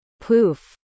poof